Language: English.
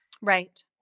Right